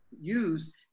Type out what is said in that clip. use